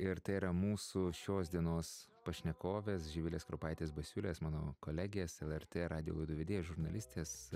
ir tai yra mūsų šios dienos pašnekovės živilės kropaitės basiulės mano kolegės lrt radijo laidų vedėjos žurnalistės